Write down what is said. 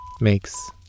makes